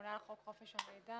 ממונה על חוק חופש המידע,